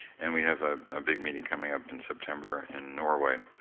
and we have a ah big meeting coming up in september in norway,